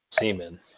semen